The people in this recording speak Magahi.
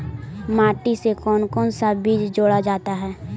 माटी से कौन कौन सा बीज जोड़ा जाता है?